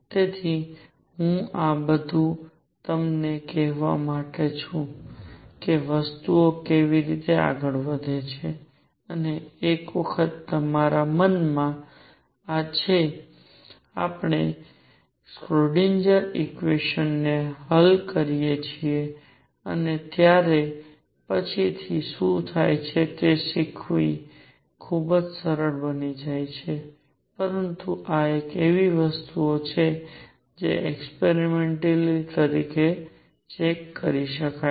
તેથી હું આ બધું તમને કહેવા માટે છું કે વસ્તુઓ કેવી રીતે આગળ વધે છે અને એક વખત આપણા મનમાં આ છે જ્યારે આપણે સ્ક્રોડીન્ગર Schrödinger ઈકવેશન ને હલ કરીએ છીએ ત્યારે પછીથી શું થાય છે તે શીખવું ખૂબ સરળ બની જાય છે પરંતુ આ એવી વસ્તુઓ છે જે એક્સપેરીમેન્ટલી રીતે ચેક કરી શકાય છે